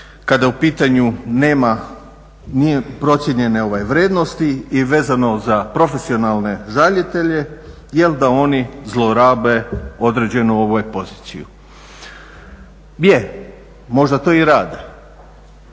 kada u pitanju nema, nije procijenjene vrijednosti i vezano za profesionalne žalitelje jer da oni zlorabe određenu poziciju. Je, možda to i rade,